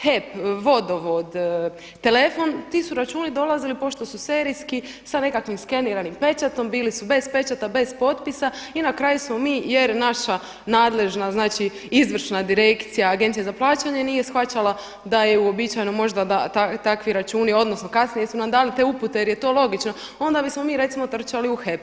HEP, vodovod, telefon ti su računi dolazili pošto su serijski sa nekakvim skeniranim pečatom, bili su bez pečata, bez potpisa i na kraju smo mi jer naša nadležna znači izvršna direkcija Agencija za plaćanje nije shvaćala da je uobičajeno možda da takvi računi odnosno kasnije su nam dali te upute jer je to logično onda bismo mi recimo trčali u HEP.